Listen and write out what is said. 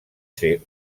ser